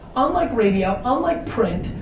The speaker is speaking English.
unlike radio, unlike print,